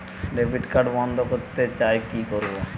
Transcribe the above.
Debit card বন্ধ করতে চাই কি করব?